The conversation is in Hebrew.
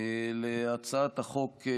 להצעת החוק,